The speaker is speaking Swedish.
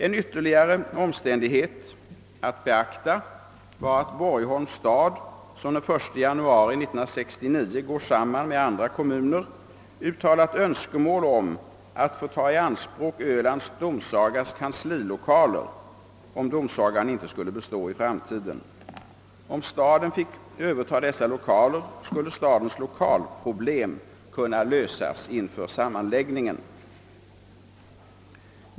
En ytterligare omständighet att beakta var att Borgholms stad, som den 1 januari 1969 går samman med andra kommuner, uttalat önskemål att, om domsagan ej skulle bestå i framtiden, få ta i anspråk Ölands domsagas kanslilokaler. Om staden finge överta dessa lokaler skulle stadens lokalproblem inför sammanläggningen kunna lösas.